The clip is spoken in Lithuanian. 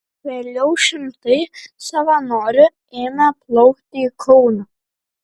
vėliau šimtai savanorių ėmė plaukti į kauną